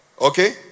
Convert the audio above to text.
Okay